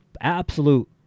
absolute